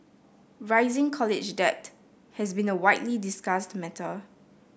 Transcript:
rising college debt has been a widely discussed matter